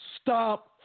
stop